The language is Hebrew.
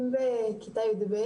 אני בכיתה יב',